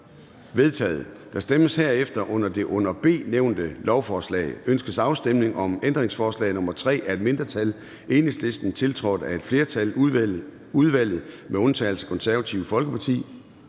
vedtaget. Der stemmes derefter om det under B nævnte lovforslag: Ønskes afstemning om ændringsforslag nr. 3 af et mindretal (EL), tiltrådt af et flertal (udvalget med undtagelse af KF)? Det er